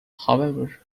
however